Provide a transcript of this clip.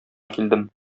килдем